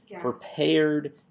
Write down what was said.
prepared